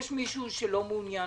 יש מישהו שלא מעוניין